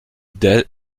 debt